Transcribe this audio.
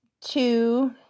two